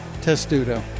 Testudo